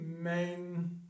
main